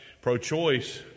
Pro-choice